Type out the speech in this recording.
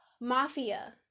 Mafia